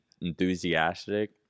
enthusiastic